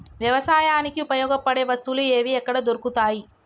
వ్యవసాయానికి ఉపయోగపడే వస్తువులు ఏవి ఎక్కడ దొరుకుతాయి?